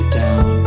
down